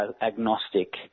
agnostic